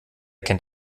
kennt